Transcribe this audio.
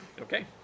Okay